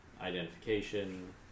identification